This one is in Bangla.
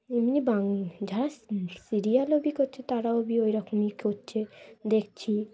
এমনি সিরিয়ালও করছে তারাও ওইরকমই করছে দেখছি